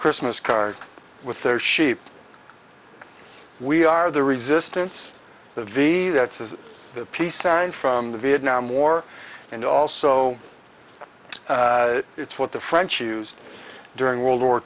christmas card with their sheep we are the resistance the v that's is the peace sign from the vietnam war and also it's what the french used during world war